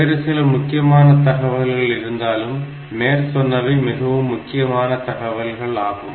வேறுசில முக்கியமான தகவல்கள் இருந்தாலும் மேற்சொன்னவை மிகவும் முக்கியமான தகவல்கள் ஆகும்